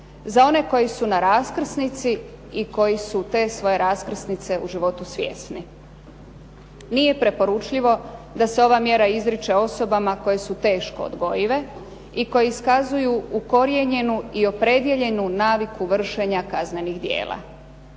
za one koji su na raskrsnici i one koji su te svoje raskrsnice u životu svjesni. Nije preporučljivo da se ova mjera izriče osobama koje su teško odgojive i koje iskazuju ukorijenjenu i opredjeljenju naviku vršenja kaznenih djela.